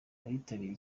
abitabiriye